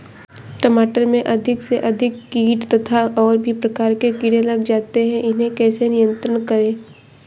टमाटर में अधिक से अधिक कीट तथा और भी प्रकार के कीड़े लग जाते हैं इन्हें कैसे नियंत्रण करें?